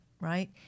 right